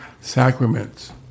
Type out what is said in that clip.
sacraments